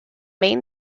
main